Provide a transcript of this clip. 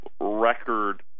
record